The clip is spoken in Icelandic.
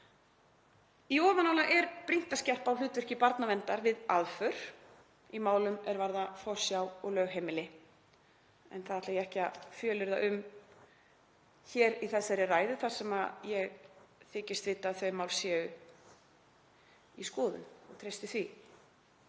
Í ofanálag er brýnt að skerpa á hlutverki barnaverndar við aðför í málum er varða forsjá og lögheimili en það ætla ég ekki að fjölyrða um í þessari ræðu þar sem ég þykist vita að þau mál séu í skoðun og treysti því.